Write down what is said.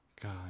God